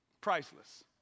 priceless